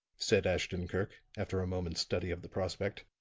said ashton-kirk, after a moment's study of the prospect,